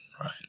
Right